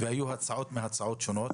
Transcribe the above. והיו הצעות מהצעות שונות.